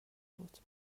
بود